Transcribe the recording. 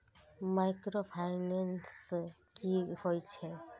Micro finance कि होई छै?